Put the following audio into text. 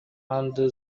under